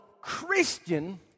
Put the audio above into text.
Christian